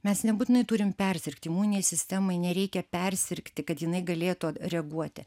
mes nebūtinai turim persirgti imuninei sistemai nereikia persirgti kad jinai galėtų reaguoti